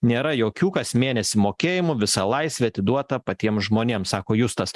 nėra jokių kas mėnesį mokėjimų visa laisvė atiduota patiem žmonėm sako justas